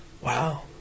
Wow